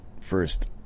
first